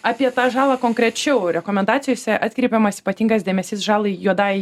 apie tą žalą konkrečiau rekomendacijose atkreipiamas ypatingas dėmesys žalai juodajai